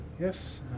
Yes